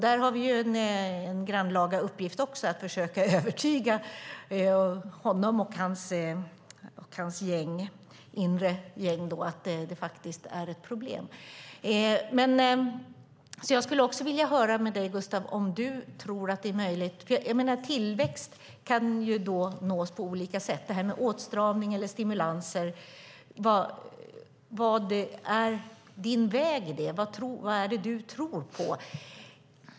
Där har vi också en grannlaga uppgift: att försöka övertyga honom och hans inre gäng om att detta är ett problem. Tillväxt kan nås på olika sätt. Vilken är din väg, Gustav - åtstramning eller stimulanser? Vad är det du tror på?